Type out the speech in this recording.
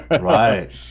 right